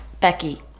Becky